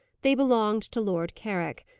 they belonged to lord carrick.